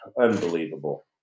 Unbelievable